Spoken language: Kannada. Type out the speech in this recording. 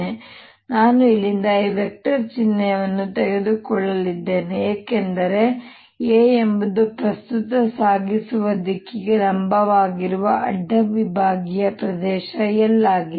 ಈಗ ನಾನು ಇಲ್ಲಿಂದ ಈ ವೆಕ್ಟರ್ ಚಿಹ್ನೆಯನ್ನು ತೆಗೆದುಕೊಳ್ಳಲಿದ್ದೇನೆ ಏಕೆಂದರೆ A ಎಂಬುದು ಪ್ರಸ್ತುತ ಸಾಗಿಸುವ ದಿಕ್ಕಿಗೆ ಲಂಬವಾಗಿರುವ ಅಡ್ಡ ವಿಭಾಗೀಯ ಪ್ರದೇಶ I ಆಗಿದೆ